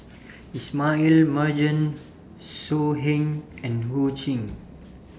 Ismail Marjan So Heng and Ho Ching